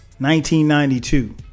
1992